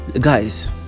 guys